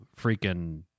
freaking